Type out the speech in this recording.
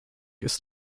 ist